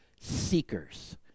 seekers